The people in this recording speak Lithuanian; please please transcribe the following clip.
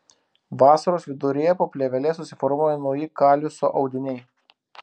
vasaros viduryje po plėvele susiformuoja nauji kaliuso audiniai